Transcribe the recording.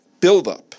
buildup